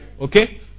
Okay